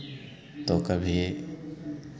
तो कभी